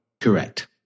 Correct